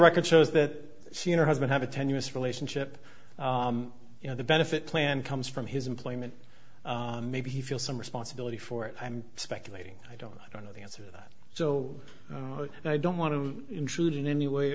record shows that she and her husband have a tenuous relationship you know the benefit plan comes from his employment maybe he feels some responsibility for it i'm speculating i don't i don't know the answer so i don't want to intrude in any way